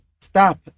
stop